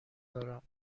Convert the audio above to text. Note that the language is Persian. دارم